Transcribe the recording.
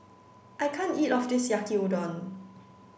I can't eat all of this Yaki Udon